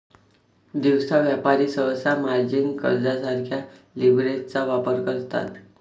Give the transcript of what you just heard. दिवसा व्यापारी सहसा मार्जिन कर्जासारख्या लीव्हरेजचा वापर करतात